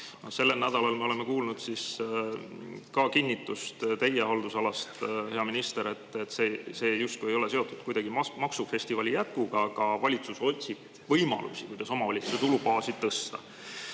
Sellel nädalal oleme kuulnud ka kinnitust teie haldusalast, hea minister, et see justkui ei ole kuidagi seotud maksufestivali jätkuga, aga valitsus otsib võimalusi, kuidas omavalitsuste tulubaasi